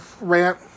rant